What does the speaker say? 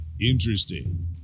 interesting